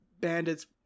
bandits